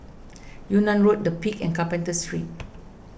Yunnan Road the Peak and Carpenter Street